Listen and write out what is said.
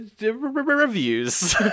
reviews